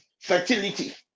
fertility